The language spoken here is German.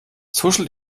tuschelt